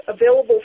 available